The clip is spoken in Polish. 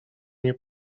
nie